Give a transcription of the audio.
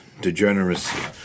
degeneracy